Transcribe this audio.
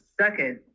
second